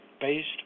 based